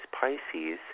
Pisces